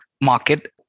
market